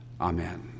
amen